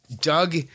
Doug